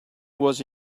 was